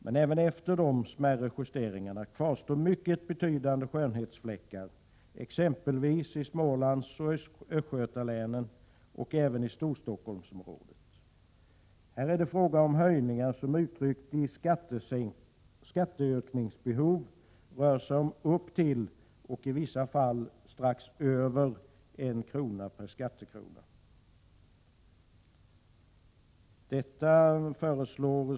Men även efter dessa smärre justeringar kvarstår mycket betydande skönhetsfläckar, exempelvis i Smålandsoch Östgötalänen och även i Storstockholmsområdet. Här är det fråga om höjningar som uttryckta i skatteökningsbehov rör sig om upp till och i vissa fall strax över en krona per skattekrona.